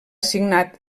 assignat